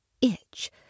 itch